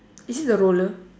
is it the roller